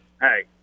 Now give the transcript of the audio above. Hey